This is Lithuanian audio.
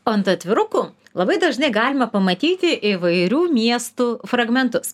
o ant atvirukų labai dažnai galima pamatyti įvairių miestų fragmentus